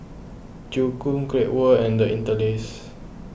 Joo Koon Great World and the Interlace